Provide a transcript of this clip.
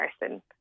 person